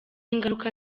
ingaruka